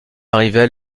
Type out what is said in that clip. arrivait